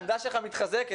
העמדה שלךָ מתחזקת,